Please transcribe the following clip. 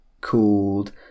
called